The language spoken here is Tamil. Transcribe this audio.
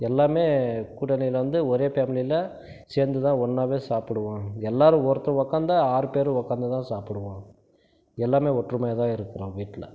எல்லாம் கூட்டணியில் வந்து ஒரே ஃபேமிலியில் சேர்ந்துதான் ஒன்றாவே சாப்பிடுவோம் எல்லோரும் ஒருத்தர் உக்காந்தா ஆறு பேரும் உக்கார்ந்துதான் சாப்பிடுவோம் எல்லாம் ஒற்றுமையாகதான் இருக்கிறோம் வீட்டில்